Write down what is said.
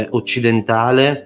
occidentale